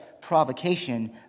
provocation